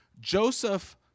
Joseph